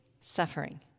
suffering